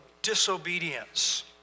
disobedience